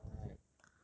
it is [what]